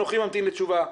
אנוכי ממתין לתשובה,